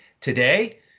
today